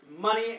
money